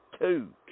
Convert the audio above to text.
two